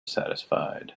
satisfied